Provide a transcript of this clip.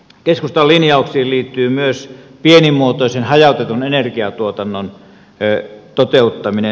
keskustan linjauksiin liittyy myös pienimuotoisen hajautetun energiatuotannon toteuttaminen